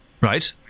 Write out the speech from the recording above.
Right